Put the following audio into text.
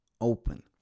open